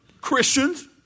Christians